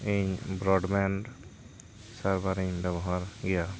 ᱤᱧ ᱵᱨᱚᱰ ᱵᱮᱱ ᱥᱟᱨᱵᱷᱟᱨᱤᱧ ᱵᱮᱵᱚᱦᱟᱨ ᱜᱮᱭᱟ